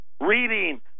reading